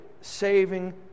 saving